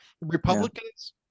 Republicans